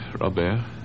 Robert